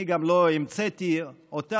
אני גם לא המצאתי אותה,